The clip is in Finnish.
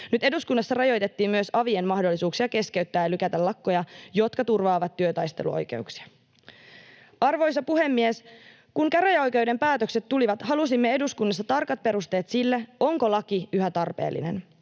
Nyt eduskunnassa rajoitettiin myös avien mahdollisuuksia keskeyttää ja lykätä lakkoja, jotka turvaavat työtaisteluoikeuksia. Arvoisa puhemies! Kun käräjäoikeuden päätökset tulivat, halusimme eduskunnassa tarkat perusteet sille, onko laki yhä tarpeellinen,